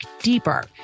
deeper